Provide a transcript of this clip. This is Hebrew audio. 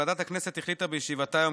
ועדת הכנסת החליטה בישיבתה היום,